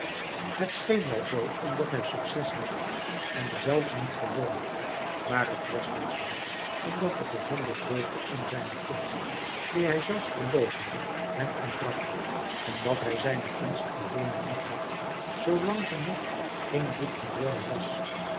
het scheen wel zoo omdat hij succes had en zelfs niet gewoon maar het wàs niet zoo omdat de gezonde vreugde om zijne kunst die hij zelfs verloochende hem ontbrak omdat hij zijne kunst alleen liefhad zoolang ze nog geen boek geworden was